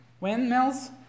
Windmills